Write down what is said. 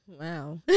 wow